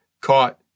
caught